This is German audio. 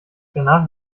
danach